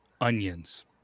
onions